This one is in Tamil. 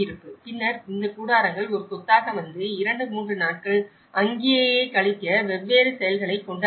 பின்னர் இந்த கூடாரங்கள் ஒரு கொத்தாக வந்து 2 3 நாட்கள் அங்கேயே கழிக்க வெவ்வேறு செயல்களைக் கொண்டாடுகின்றன